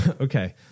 Okay